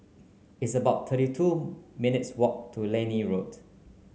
it's about thirty two minutes' walk to Liane Road